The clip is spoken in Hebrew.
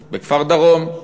בכפר-דרום.